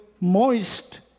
moist